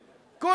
צודק.